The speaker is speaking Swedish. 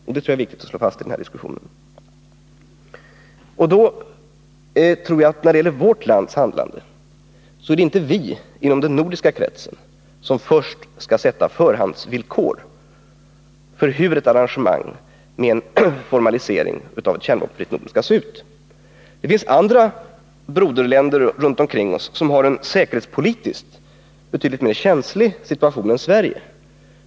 Det tror jag är viktigt att slå fast i den här diskussionen. Det är enligt min mening inte vi inom den nordiska kretsen som skall sätta upp förhandsvillkor för hur ett arrangemang med en formalisering av ett kärnvapenfritt Norden skall se ut. Det finns broderländer runt omkring oss som har en säkerhetspolitiskt betydligt känsligare situation än Sverige.